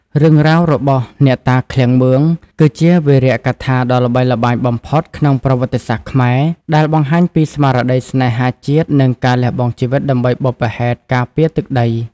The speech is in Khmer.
រឿងរ៉ាវរបស់ អ្នកតាឃ្លាំងមឿង គឺជាវីរកថាដ៏ល្បីល្បាញបំផុតក្នុងប្រវត្តិសាស្ត្រខ្មែរ ដែលបង្ហាញពីស្មារតីស្នេហាជាតិ និងការលះបង់ជីវិតដើម្បីបុព្វហេតុការពារទឹកដី។